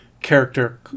character